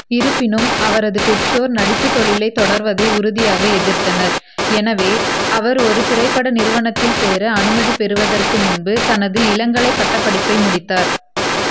இருப்பினும் அவரது பெற்றோர் நடிப்புத் தொழிலைத் தொடர்வதை உறுதியாக எதிர்த்தனர் எனவே அவர் ஒரு திரைப்பட நிறுவனத்தில் சேர அனுமதி பெறுவதற்கு முன்பு தனது இளங்கலை பட்டப்படிப்பை முடித்தார்